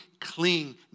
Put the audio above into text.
cling